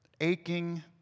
aching